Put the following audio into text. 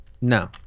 No